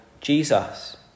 Jesus